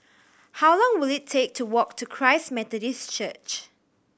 how long will it take to walk to Christ Methodist Church